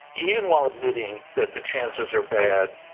even while admitting that the chances are bad,